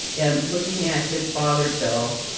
and looking at his father, bill,